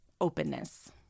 openness